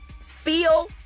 feel